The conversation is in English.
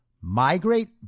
Migrate